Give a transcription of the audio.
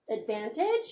advantage